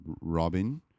Robin